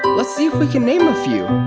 let's see if we can name a few,